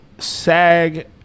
SAG